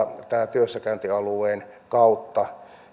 työssäkäyntialueen kautta